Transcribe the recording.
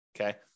okay